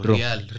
Real